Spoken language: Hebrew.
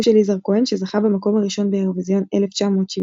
אף הוא של יזהר כהן שזכה במקום הראשון באירוויזיון 1978,